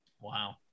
Wow